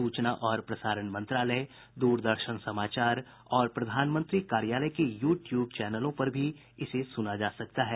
सूचना और प्रसारण मंत्रालय दूरदर्शन समाचार और प्रधानमंत्री कार्यालय के यू ट्यूब चैनलों पर भी इसे सुना जा सकता है